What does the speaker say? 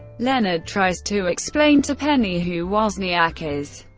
leonard tries to explain to penny who wozniak is,